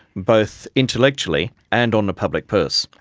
both intellectually and on the public purse.